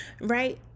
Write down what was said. right